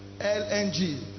LNG